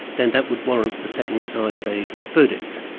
then that would warrant the setting aside of a verdict.